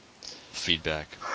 feedback